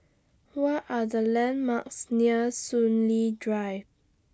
What Are The landmarks near Soon Lee Drive